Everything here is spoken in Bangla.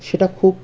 সেটা খুব